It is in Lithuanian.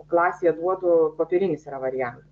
klasėje duodu popierinis yra varian